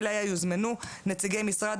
אליה יוזמנו נציגי משרד